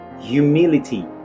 humility